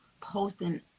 posting